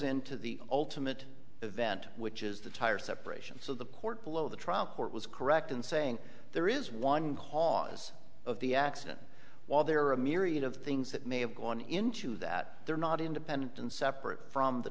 into the ultimate event which is the tire separation so the court below the trial court was correct in saying there is one cause of the accident while there are a myriad of things that may have gone into that they're not independent and separate from the